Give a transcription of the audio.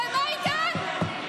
ומה איתן?